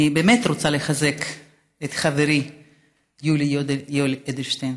אני באמת רוצה לחזק את חברי יולי יואל אדלשטיין,